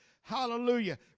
Hallelujah